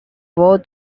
four